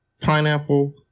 pineapple